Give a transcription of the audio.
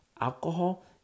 alcohol